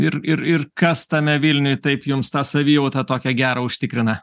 ir ir ir kas tame vilniuj taip jums tą savijautą tokią gerą užtikrina